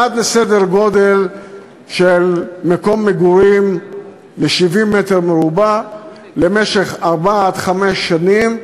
עד לסדר-גודל של מקום מגורים של 70 מ"ר למשך ארבע עד חמש שנים,